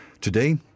Today